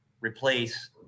replace